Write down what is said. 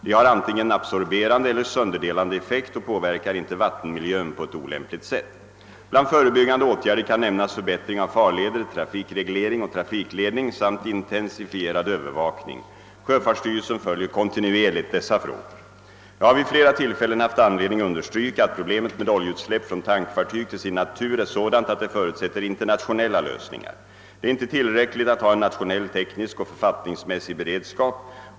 De har antingen absorberande eller sönderdelande effekt och påverkar inte vattenmiljön på ett olämpligt sätt. Bland förebyggande åtgärder kan nämnas förbättring av farleder, trafikreglering och trafikledning samt intensifierad övervakning. Sjöfartsstyrelsen följer kontinuerligt dessa frågor. Jag har vid flera tillfällen haft anledning understryka, att problemet med oljeutsläpp från tankfartyg till sin natur är sådant att det förutsätter internationella lösningar. Dei är inte tillräckligt att ha en nationell teknisk och författningsmässig beredskap.